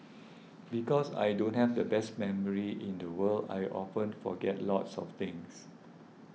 because I don't have the best memory in the world I often forget lots of things